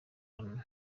hano